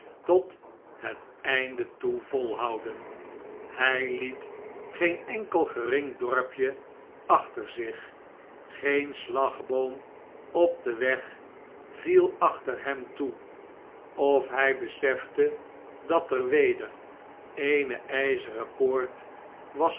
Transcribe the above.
tot het einde toe volhouden hjj liet geen enkel gering dorpje achter zich geen slagboom op den weg viel achter hem toe of hjj besefte dat er weder e'e'ne peren poort was